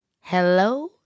Hello